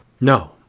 No